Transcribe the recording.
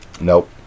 Nope